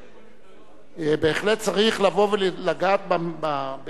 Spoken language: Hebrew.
בהחלט צריך לבוא ולגעת באמת בנזקקים,